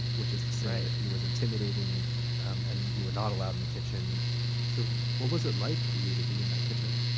which is to say that he was intimidating, and and you were not allowed in the kitchen right so what was it like for you to be in that kitchen?